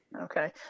Okay